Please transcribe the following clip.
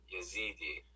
Yazidi